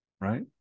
right